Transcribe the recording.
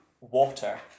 Water